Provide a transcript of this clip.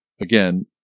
Again